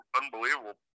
unbelievable